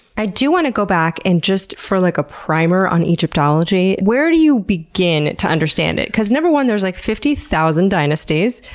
i do want to go back, and just for like a primer on egyptology, where do you begin to understand it? because number one, there's like fifty thousand dynasties.